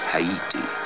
Haiti